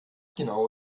genau